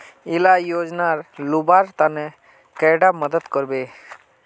इला योजनार लुबार तने कैडा मदद करबे?